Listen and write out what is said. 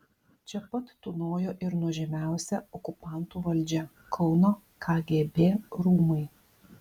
čia pat tūnojo ir nuožmiausia okupantų valdžia kauno kgb rūmai